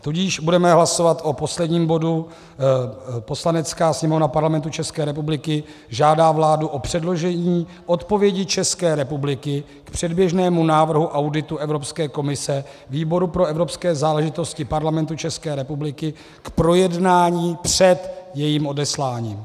Tudíž budeme hlasovat o posledním bodu: Poslanecká sněmovna Parlamentu České republiky žádá vládu o předložení odpovědi České republiky k předběžnému návrhu auditu Evropské komise výboru pro evropské záležitosti Parlamentu České republiky k projednání před jejím odesláním.